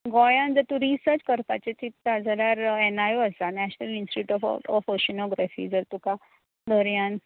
गोंयान जर तूं रिसच करपाचें चिंत्ता जाल्यार एन आय ओ आसा national institute of of oceanography जर तुका दर्यान